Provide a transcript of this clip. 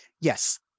Yes